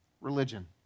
Religion